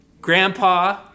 grandpa